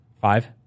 Five